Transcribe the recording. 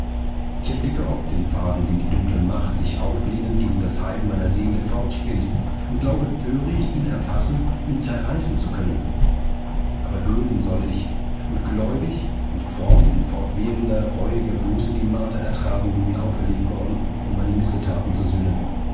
ich erblicke oft den faden den die dunkle macht sich auflehnend gegen das heil meiner seele fortspinnt und glaube töricht ihn erfassen ihn zerreißen zu können aber dulden soll ich und gläubig und fromm in fortwährender reuiger buße die marter ertragen die mir auferlegt worden um meine missetaten zu sühnen